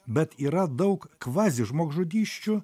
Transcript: bet yra daug kvazižmogžudysčių